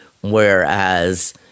whereas